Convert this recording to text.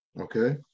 okay